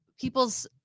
people's